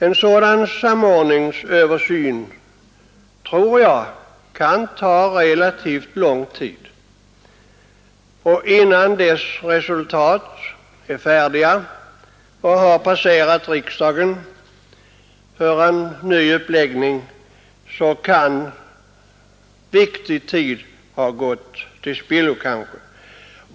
En sådan samordningsöversyn kan ta relativt lång tid, och innan resultatet av den är klart och har passerat riksdagen för en ny uppläggning av forskningen kan viktig tid ha gått till spillo.